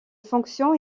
fonction